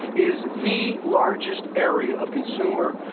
is the largest area of consumer